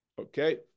Okay